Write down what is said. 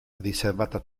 riservata